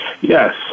Yes